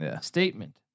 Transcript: statement